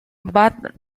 badr